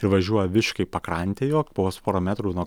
privažiuoji visiškai pakrantę jo pos pora metrų nuo